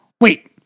Wait